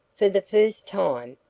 for the first time,